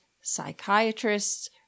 psychiatrists